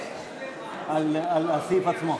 התקציב 2015, בדבר הפחתת תקציב לא נתקבלו.